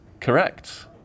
Correct